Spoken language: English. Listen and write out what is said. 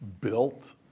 built